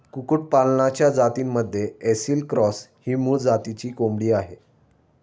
कुक्कुटपालनाच्या जातींमध्ये ऐसिल क्रॉस ही मूळ जातीची कोंबडी आहे